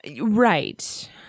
right